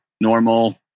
normal